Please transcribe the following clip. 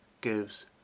gives